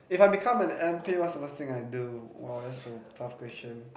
if I become an M_P what's the first thing I do !wah! that's a tough question